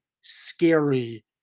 scary